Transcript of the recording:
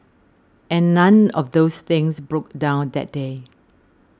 and none of those things broke down that day